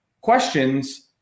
questions